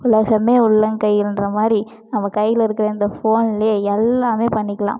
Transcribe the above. உலகமே உள்ளங்கையிலன்ற மாதிரி நம்ம கையில் இருக்கிற இந்த ஃபோன்லேயே எல்லாமே பண்ணிக்கிலாம்